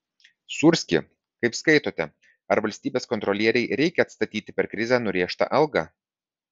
sūrski kaip skaitote ar valstybės kontrolierei reikia atstatyti per krizę nurėžtą algą